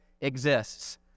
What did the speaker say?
exists